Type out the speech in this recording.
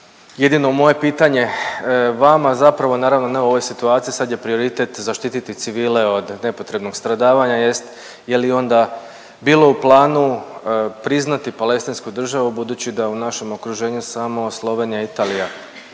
Jedino moje pitanje vama zapravo naravno ne u ovoj situaciji, sad je prioritet zaštititi civile od nepotrebnog stradavanja jest je li onda bilo u planu priznati Palestinsku državu budući da u našem okruženju samo Slovenija i Italija